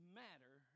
matter